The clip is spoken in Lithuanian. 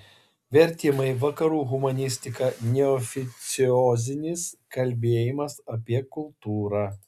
vertimai vakarų humanistika neoficiozinis kalbėjimas apie kultūrą